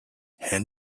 hand